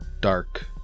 dark